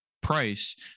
price